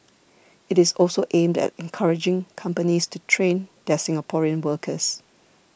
it is also aimed at encouraging companies to train their Singaporean workers